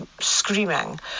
screaming